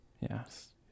Yes